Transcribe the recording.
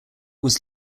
was